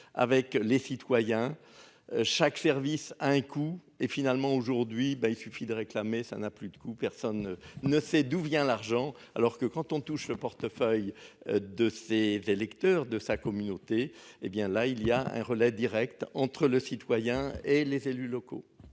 avec les citoyens. Chaque service à un coût et finalement aujourd'hui ben il suffit de réclamer ça n'a plus de coups. Personne ne sait d'où vient l'argent alors que quand on touche le portefeuille. De ses les Lecteurs de sa communauté, hé bien là il y a un relais Direct entre le citoyen et les élus locaux.